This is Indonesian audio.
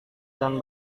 dengan